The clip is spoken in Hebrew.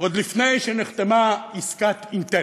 עוד לפני שנחתמה עסקת "אינטל".